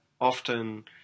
often